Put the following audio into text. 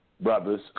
Brothers